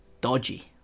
dodgy